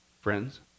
Friends